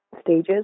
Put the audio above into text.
stages